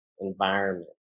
environment